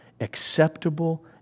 acceptable